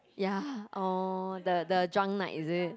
ya oh the the drunk night is it